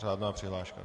Řádná přihláška.